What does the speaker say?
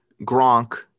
Gronk